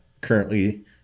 Currently